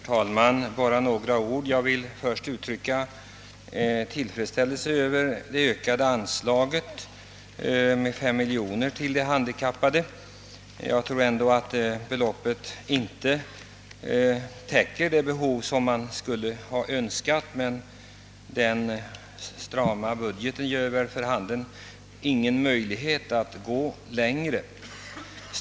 Herr talman! Jag vill först uttrycka min tillfredsställelse över att anslaget till hjälpmedel för de handikappade ökats med 5 miljoner kronor. Jag tror ändå inte att beloppet täcker det behov som föreligger, men vår strama budget ger inte möjlighet till att gå längre i år.